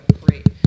Great